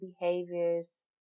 behaviors